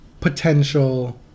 potential